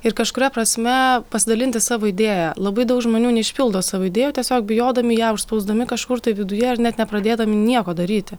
ir kažkuria prasme pasidalinti savo idėja labai daug žmonių neišpildo savo idėjų tiesiog bijodami ją užspausdami kažkur tai viduje ar net nepradėdami nieko daryti